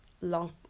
long